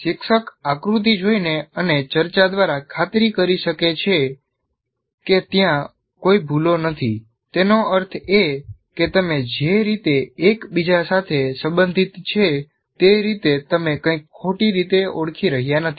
શિક્ષક આકૃતિ જોઈને અને ચર્ચા દ્વારા ખાતરી કરી શકે છે કે ત્યાં કોઈ ભૂલો નથી તેનો અર્થ એ કે તમે જે રીતે એક બીજા સાથે સંબંધિત છે તે રીતે તમે કંઈક ખોટી રીતે ઓળખી રહ્યા નથી